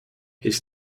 his